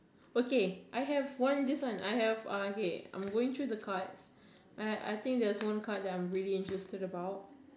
okay I have one this one I have uh okay I'm going through the cards I think there is one card that I'm really interested about